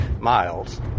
miles